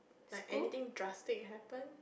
like anything drastic happen